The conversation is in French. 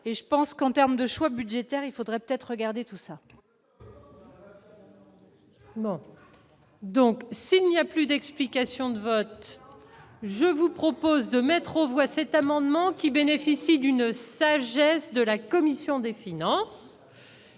et je pense qu'en terme de choix budgétaires, il faudrait peut-être regarder tout ça. Donc s'il n'y a plus d'explications de vote, je vous propose de mettre aux voix, cet amendement, qui bénéficie d'une sagesse de la commission des finances,